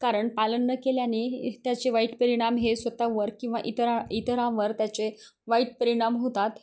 कारण पालन न केल्याने त्याचे वाईट परिणाम हे स्वतःवर किंवा इतरा इतरांवर त्याचे वाईट परिणाम होतात